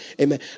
amen